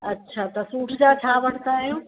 अच्छा त सूट जा छा वठंदा आहियो